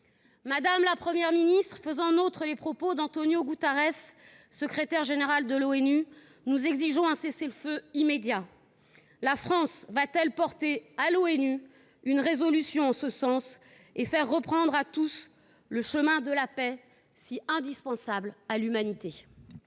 Madame la Première ministre, faisant nôtres les propos d’António Guterres, secrétaire général des Nations unies, nous exigeons un cessez le feu immédiat. La France va t elle porter à l’ONU une résolution en ce sens et faire reprendre à tous le chemin de la paix, si nécessaire à l’humanité ?